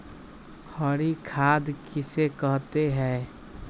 हरी खाद किसे कहते हैं?